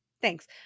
Thanks